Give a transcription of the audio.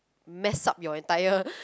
mess up your entire